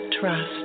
trust